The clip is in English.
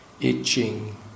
itching